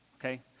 Okay